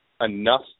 enough